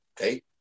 okay